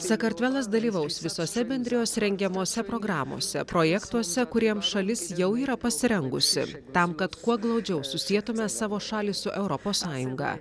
sakartvelas dalyvaus visose bendrijos rengiamose programose projektuose kuriems šalis jau yra pasirengusi tam kad kuo glaudžiau susietume savo šalį su europos sąjunga